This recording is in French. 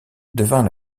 devint